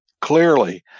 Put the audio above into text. clearly